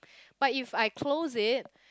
but if I close it